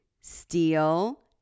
steal